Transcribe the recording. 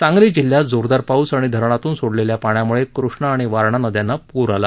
सांगली जिल्ह्यात जोरदार पाऊस आणि धरणातून सोडलेल्या पाण्याम्ळे कृष्णा आणि वारणा नद्यांना पूर आला